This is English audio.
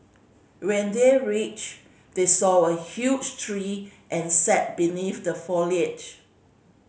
when they reached they saw a huge tree and sat beneath the foliage